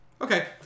Okay